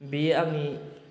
बेयो आंनि